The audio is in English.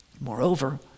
Moreover